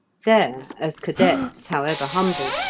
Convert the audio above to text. there as cadets, however humble,